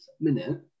minute